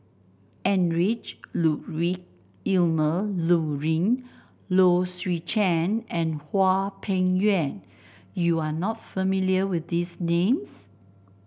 Heinrich Ludwig Emil Luering Low Swee Chen and Hwang Peng Yuan You are not familiar with these names